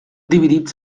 dividits